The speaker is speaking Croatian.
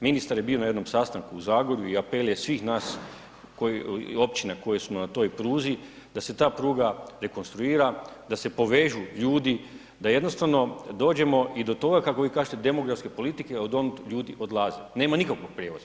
Ministar je bio na jednom sastanku u Zagorju i apel je svih nas, općina koje smo na toj pruzi da se ta pruga rekonstruira, da se povežu ljudi, da jednostavno dođemo i do toga kako vi kažete, demografske politike, odonud ljudi odlaze, nema nikakvog prijevoza.